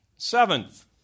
Seventh